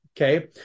Okay